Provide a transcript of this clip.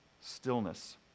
stillness